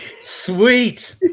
sweet